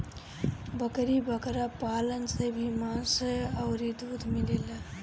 बकरी बकरा पालन से भी मांस अउरी दूध मिलेला